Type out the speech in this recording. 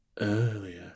earlier